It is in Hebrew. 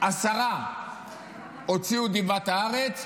עשרה הוציאו דיבת הארץ,